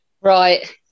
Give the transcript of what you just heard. Right